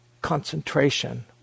concentration